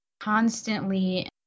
constantly